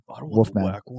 Wolfman